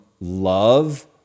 love